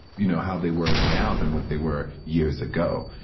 you know, how they weren't now than what they were years ago.